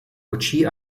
očí